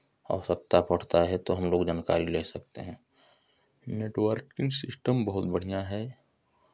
आवश्यकता पड़ता है तो हमलोग जानकारी ले सकते हैं नेटवर्किंग सिस्टम बहुत बढ़ियाँ है